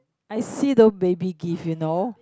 I see the baby gift you know